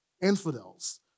infidels